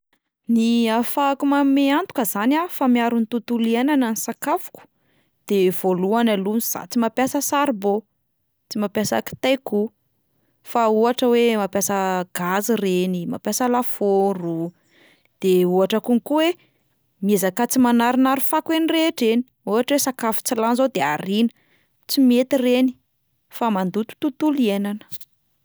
Ny ahafahako manome antoka zany a fa miaro ny tontolo iainana ny sakafoko de voalohany aloha 'zaho tsy mampiasa saribao, tsy mampiasa kitay koa, fa ohatra hoe mampiasa gazy ireny, mampiasa lafaoro, de ohatra konko hoe miezaka tsy manarinary fako eny rehetra eny, ohatra hoe sakafo tsy lany zao de ariana, tsy mety ireny, fa mandoto tontolo iainana.